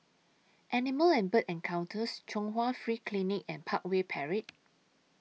Animal and Bird Encounters Chung Hwa Free Clinic and Parkway Parade